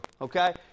okay